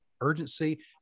urgency